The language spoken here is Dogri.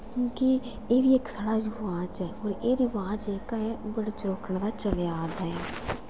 हूं कि एह् बी इक साढ़ा रवाज ऐ होर एह् रवाज जेह्का ऐ ओह् बड़ा चरोकना चलेआ आ करदा ऐ